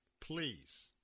please